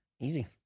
Easy